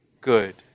good